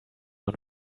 und